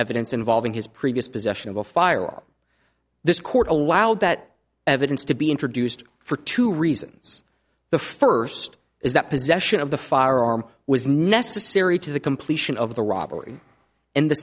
evidence involving his previous possession of a firearm this court allowed that evidence to be introduced for two reasons the first is that possession of the firearm was necessary to the completion of the robbery and the